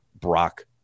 Brock